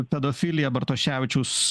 pedofilija bartoševičius